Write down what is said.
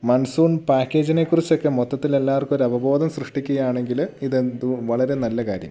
monsoon പാക്കേജിനെ കുറിച്ചൊക്കെ മൊത്തത്തിൽ എല്ലാവർക്കും ഒരു അവബോധം സൃഷ്ടിക്കുകയാണെങ്കിൽ ഇത് എന്തുകൊണ്ടും വളരെ നല്ല കാര്യമായിരിക്കും